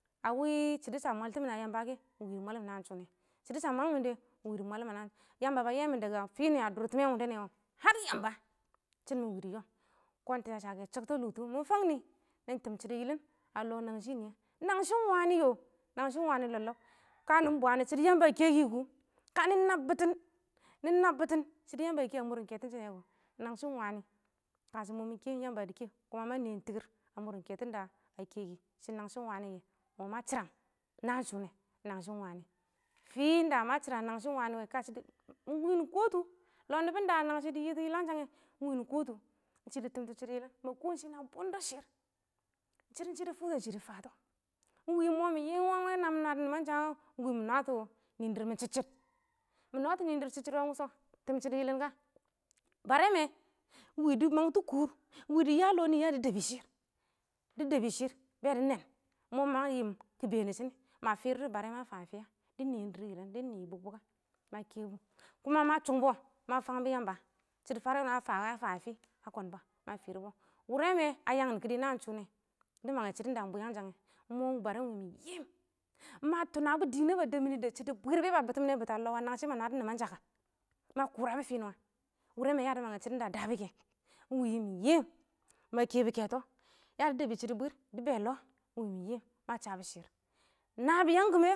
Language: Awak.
A wɪ shɪdɔ ba mwaltɪmɪn a yamba kɛ ɪng wɪ dɪ mwalɪm naan shʊ, shɪdɔ ba mang dɛ ɪng wɪ dɪ mwalɪm naan shʊ ba yɛ mɪn daga fi dʊrtɪmɛ wʊndɛ nɛ wɔ. Hər yamba shɪn mɪn ɪng wɪ dɪ yoom kɔn tɛshɔ a sha kɛ shakta lʊktʊ mɪ fang nɪ nɪ tɪm shɪdɔ yɪlɪm a lɔ nangshɪ nɪyɛ, nangshɪ ɪng wanɪ yɔ nangshɪ ɪng wanɪ lɔb lɔb kanɪ bwaantɪn shɪdo yamba a kɛ kʊ, kanɪ nab bɪtɪn shɪdo yamba a kɛ a mʊr kɛtɔ kɛ kʊ, nangshɪ ɪng wanɪ ɪng ka shɔ mɔ mɪ kɛ ɪng yamba dɪ kɛ, a mʊr ketɔn da a kɛkɪ shɪ nangshɪ ɪng wanɪ kɛ ɪng mɔ ma shɪram naan shʊ nɛ, nangshɪ ɪng wanɪ fɪda ma shɪram nangshɪ ɪng wanɪ wɛ, kashɪ dɪ, ɪng wɪ mɪ kɔtʊ shɪdɔn da nangshɪ dɪ yɪtɔ yɪlangshang ɪng wɪ nɪ kɔ tʊ, ɪng shɪ dɪ tɪmtɔ shɪdɔ yɪlɪm, ma kɔ ɪng shɪ na bʊndɔ shɪr, shɪdɔ shɪ dɪ fʊktɛ ɪng shɪ dɪ fatɔ ɪng wɪ mɔ mɪ yɪɪm wangɪn wɛ namɪ nwadɔ nɪmansha ka mɪ nwatɔ, kɔ nɪɪn dɪrr mɪn chidchid, mɪ nwatɔ nɪɪn dɪrr mɪn chidchid wɛ ɪng wʊshɔ, tɪm shɪdɔ yɪlɪn ka, barɛ mɛ ɪng wɪ, dɪ mang tɔ kʊʊr ine wɪɪn dɪ ya lɔ nɪ yad, debi shɪrr be dɪ nen ingms ma lang kɪ been dɪ shini ma firdɔ bare wa a fan a fɪya dɪ nɪn dʊr yɪlɪm dɪ nɪ bukbuka ma kɔbu kuma ma chungbs ma fabghɔ yamba shidɔ bare wini a fawe a fan a fɪ ma furbɔ. wureme a yaaghin kiɔlinaan shuʊnɛ dɪ mange shidɔ da bwiyangsang ingmo bare mɪ fankuwɪ ma dɪ nɛng ba deb mini deb shɪdo bwirrbe ba bets mini bits a lɔ be ma nwada nemansok ma kurabɔ finuwa wareme yadi mang shɪdo da a dabɔ kɛ ingwilɔ mɪ yum ma kebu kɛtɔ yadi debi shidi bwur dɪ bɪtɛ lɔ mi myim ba debi shir